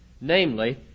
Namely